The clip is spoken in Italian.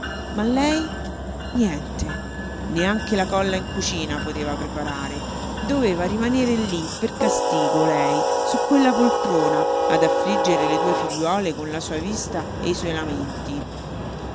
ma lei niente neanche la colla in cucina poteva preparare doveva rimanere lì per castigo lei su quella poltrona ad affliggere le due figliuole con la sua vista e i suoi lamenti